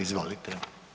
Izvolite.